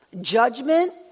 judgment